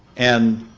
and,